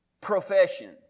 profession